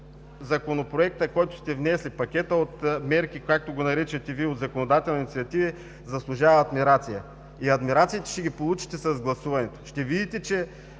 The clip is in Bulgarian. Законопроектът, който сте внесли, пакетът от мерки, както го наричате Вие, от законодателни инициативи заслужава адмирации. Адмирациите ще ги получите с гласуването. Ще видите, че